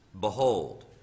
behold